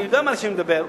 אני יודע מה שאני מדבר.